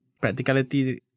practicality